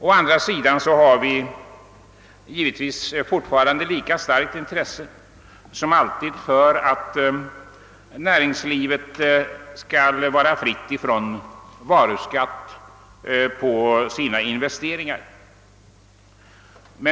Å andra sidan har vi givetvis fortfarande lika starkt intresse som tidigare av att näringslivet skall vara fritt från varuskatt på sina investeringar.